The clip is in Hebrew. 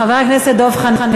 (קוראת בשמות חברי הכנסת) דב חנין,